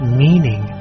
meaning